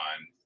on